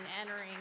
entering